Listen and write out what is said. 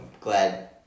glad